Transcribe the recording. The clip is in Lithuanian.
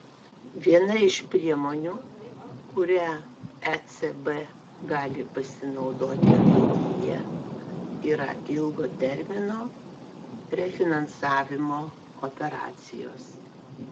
viena iš priemonių kuria ecb gali pasinaudoti ateityje yra ilgo termino refinansavimo operacijos